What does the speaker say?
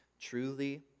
Truly